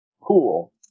Cool